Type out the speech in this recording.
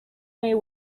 name